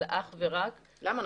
למה?